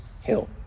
hill